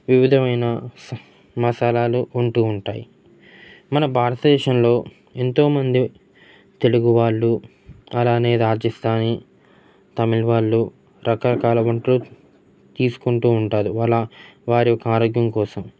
వివిధమైన మసాలాలు ఉంటూ ఉంటాయి మన భారతదేశంలో ఎంతోమంది తెలుగు వాళ్ళు అలానే రాజస్థాని తమిళ వాళ్ళు రకరకాల వంటలు తీసుకుంటూ ఉంటారు వలా వారి యొక్క ఆరోగ్యం కోసం